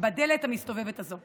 בדלת המסתובבת הזאת.